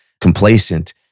complacent